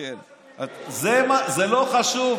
זה לא חשוב.